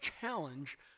challenge